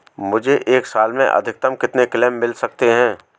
मुझे एक साल में अधिकतम कितने क्लेम मिल सकते हैं?